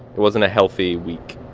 it wasn't a healthy week.